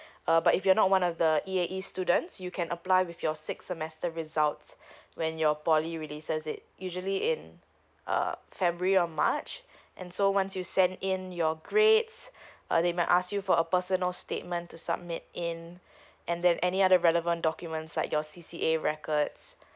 uh but if you're not one of the E_A_E students you can apply with your six semesters results when your poly releases it usually in uh february or march and so once you send in your grades uh they might ask you for a personal statement to submit in and then any other relevant documents like your C_C_A records